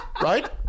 right